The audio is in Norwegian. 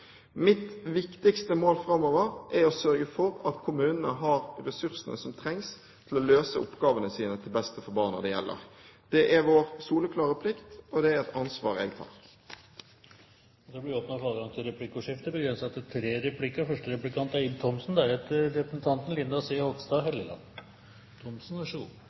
Mitt viktigste mål framover er å sørge for at kommunene har de ressursene som trengs for å løse sine oppgaver til beste for de barna det gjelder. Det er vår soleklare plikt, og det er et ansvar jeg tar. Det blir replikkordskifte.